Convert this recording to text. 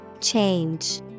Change